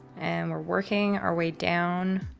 and we're working our way down.